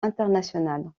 internationales